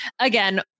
again